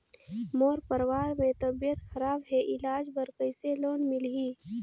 मोर परवार मे तबियत खराब हे इलाज बर कइसे लोन मिलही?